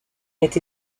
été